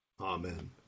Amen